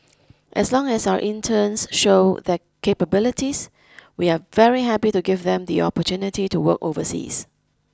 as long as our interns show their capabilities we are very happy to give them the opportunity to work overseas